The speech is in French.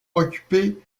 occupé